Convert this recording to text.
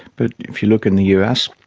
but if you look in the us,